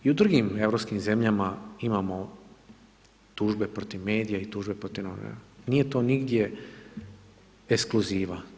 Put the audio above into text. I u drugim europskim zemljama imamo tužbe protiv medija i tužbe protiv novinara, nije to nigdje ekskluziva.